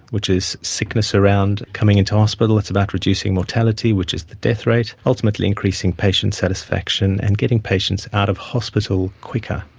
which is sickness around coming into hospital, it's about reducing mortality, which is the death rate, ultimately increasing patient satisfaction and getting patients out of hospital quicker.